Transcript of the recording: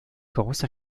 große